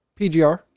PGR